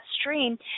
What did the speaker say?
stream